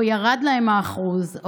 או ירד להם האחוז,